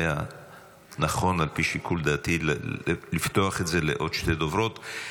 והיה נכון על פי שיקול דעתי לפתוח את זה לעוד שתי דוברות.